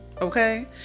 okay